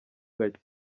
gake